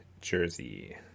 jersey